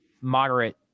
moderate